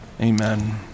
Amen